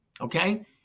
okay